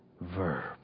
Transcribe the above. verb